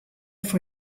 for